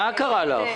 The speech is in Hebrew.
מה קרה לך?